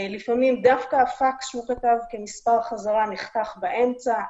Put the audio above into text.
לפעמים דווקא הפקס שהוא כתב כמספר חזרה נחתך באמצע,